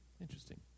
Interesting